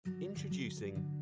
Introducing